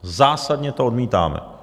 Zásadně to odmítáme!